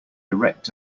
erect